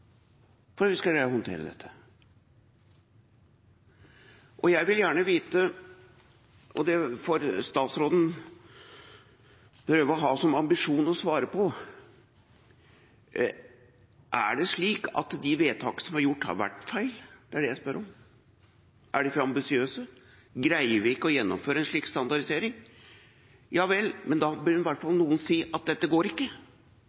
for at vi skal greie å håndtere dette. Jeg vil gjerne vite – og det får statsråden prøve å ha som ambisjon å svare på: Er det slik at de vedtakene som er gjort, har vært feil? Det er det jeg spør om. Er de for ambisiøse? Greier vi ikke å gjennomføre en slik standardisering? Ja vel, men da bør i hvert fall noen si at dette går ikke,